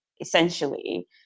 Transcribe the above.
essentially